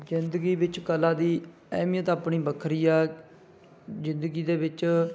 ਜ਼ਿੰਦਗੀ ਵਿੱਚ ਕਲਾ ਦੀ ਅਹਿਮੀਅਤ ਆਪਣੀ ਵੱਖਰੀ ਆ ਜ਼ਿੰਦਗੀ ਦੇ ਵਿੱਚ